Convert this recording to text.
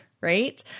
right